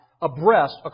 abreast